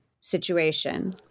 situation